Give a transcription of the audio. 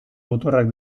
muturrak